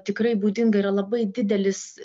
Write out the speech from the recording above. tikrai būdinga yra labai didelis